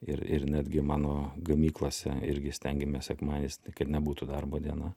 ir ir netgi mano gamyklose irgi stengiamės sekmadieniais tai kad nebūtų darbo diena